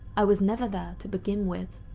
i was never there to begin with.